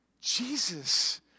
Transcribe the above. Jesus